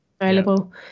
available